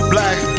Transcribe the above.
Black